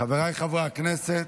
חבריי חברי הכנסת,